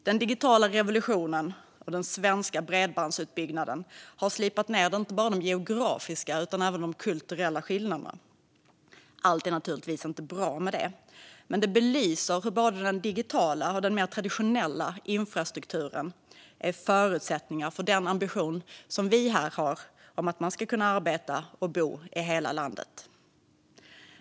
Den digitala revolutionen och den svenska bredbandsutbyggnaden har slipat ned inte bara de geografiska utan även de kulturella skillnaderna. Allt är naturligtvis inte bra med det, men det belyser hur både den digitala och den mer traditionella infrastrukturen är förutsättningar för vår ambition att man ska kunna arbeta och bo i hela landet.